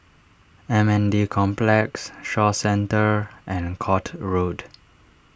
M N D Complex Shaw Centre and Court Road